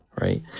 right